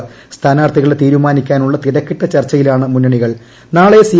എറണാകുളം സ്ഥാനാർത്ഥികളെ തീരുമാനിക്കാനുള്ള തിരക്കിട്ട ചർച്ചയിലാണ് നാളെ സി